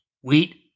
Wheat